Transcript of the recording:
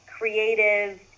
creative